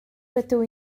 rydw